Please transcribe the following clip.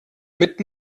mit